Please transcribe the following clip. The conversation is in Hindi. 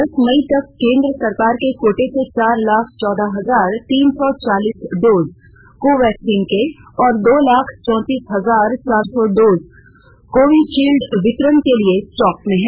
दस मई तक केंद्र सरकार के कोटे से चार लाख चौदह हजार तीन सौ चालीस डोर्ज कोवैक्सीन के और दो लाख चौतीस हजार चार सौ डोज कोवीशील्ड वितरण के लिए स्टॉक में हैं